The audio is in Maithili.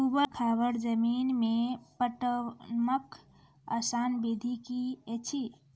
ऊवर खाबड़ जमीन मे पटवनक आसान विधि की ऐछि?